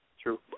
True